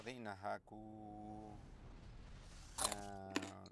Kodeina jan kú hea